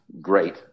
great